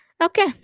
okay